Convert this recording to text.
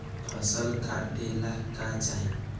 फसल काटेला का चाही?